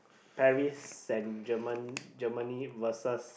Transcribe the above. Paris and German Germany versus